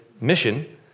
mission